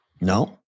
No